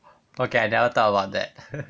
okay I never thought about that